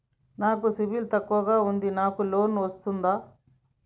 నాకు సిబిల్ తక్కువ ఉంది నాకు లోన్ వస్తుందా?